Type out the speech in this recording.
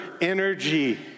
energy